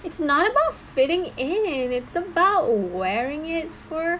it's not about fitting in it's about wearing it for